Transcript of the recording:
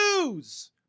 news